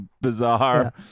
bizarre